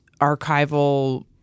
archival